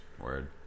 Word